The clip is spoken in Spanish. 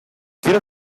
quiero